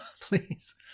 please